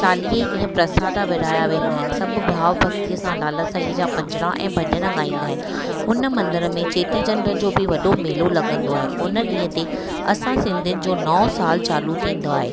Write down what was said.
चालीहे ॾींहं प्रसाद विरिहाया वेंदा आहिनि सभु भाव भक्तीअ सां लाल साईंअ जा पंजड़ा ऐं भॼन ॻाईंदा आहिनि हुन मंदर में चेटी चंड जो बि वॾो मेलो लॻंदो आहे हुन ॾींहं ते असां सिंधियुनि जो नओं साल चालू थींदो आहे